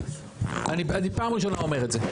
אני פעם ראשונה אומר את זה,